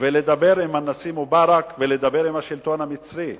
ולדבר עם הנשיא מובארק והשלטון המצרי.